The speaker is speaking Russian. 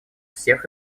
всех